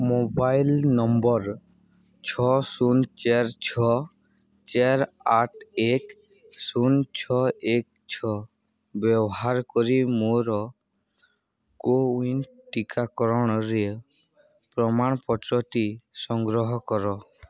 mobile number ଛଅ ଶୂନ ଚାରି ଛଅ ଚାରି ଆଠ ଏକ ଶୂନ ଛଅ ଏକ ଛଅ ବ୍ୟବହାର କରି ମୋର କୋୱିନ୍ ଟିକାକରଣର ପ୍ରମାଣପତ୍ରଟି ସଂଗ୍ରହ କର